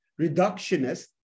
reductionist